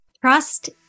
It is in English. Trust